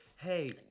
Hey